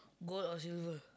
gold or silver